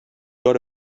got